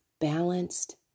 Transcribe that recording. balanced